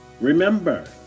remember